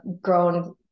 grown